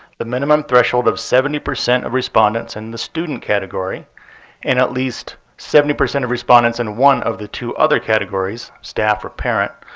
the minimum threshold of seventy percent of respondents in the student category and at least seventy percent of respondents in one of the two other categories, staff or parent,